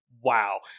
wow